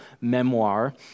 memoir